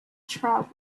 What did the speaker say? travel